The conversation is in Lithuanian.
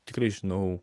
tikrai žinau